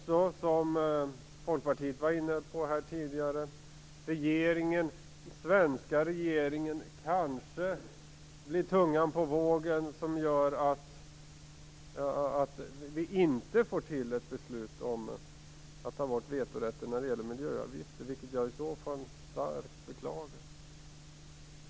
Som Folkpartiet var inne på blir den svenska regeringen kanske tungan på vågen som gör att man inte får till stånd ett beslut om att ta bort vetorätten när det gäller miljöavgifter, vilket jag i så fall starkt beklagar.